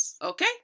Okay